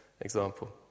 example